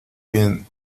bien